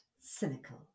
cynical